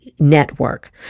Network